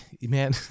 man